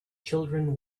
children